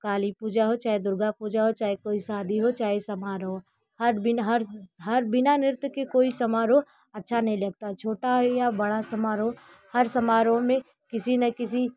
काली पूजा हो चाहे दुर्गा पूजा हो चाहे कोई शादी हो चाहे समारोह हो हर बिन हर हर बिना नृत्य के कोई समारोह अच्छा नही लगता छोटा हो या बड़ा समारोह हर समारोह में किसी न किसी